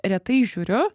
retai žiūriu